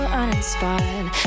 uninspired